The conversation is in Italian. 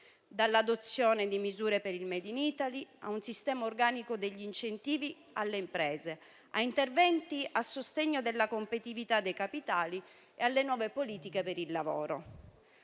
dall'adozione di misure per il *made in Italy* a un sistema organico degli incentivi alle imprese, a interventi a sostegno della competitività dei capitali e alle nuove politiche per il lavoro.